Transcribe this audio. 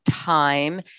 time